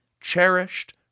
cherished